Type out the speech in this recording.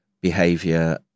behavior